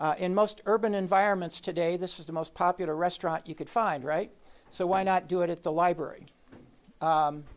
all in most urban environments today this is the most popular restaurant you could find right so why not do it at the library